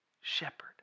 shepherd